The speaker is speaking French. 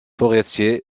forestiers